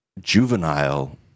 juvenile